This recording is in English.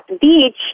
beach